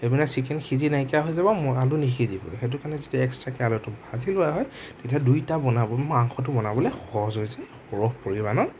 সেইপিনে ছিকেন সিজি নাইকীয়া হৈ যাব আলু নিসিজিবই সেইটো কাৰণে যেতিয়া আলুটো এক্সট্ৰাকে ভাজি লোৱা হয় তেতিয়া দুইটা বনাব মাংসটো বনাবলে সহজ হৈ যায় সৰহ পৰিমাণৰ